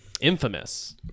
Infamous